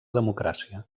democràcia